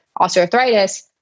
osteoarthritis